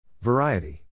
Variety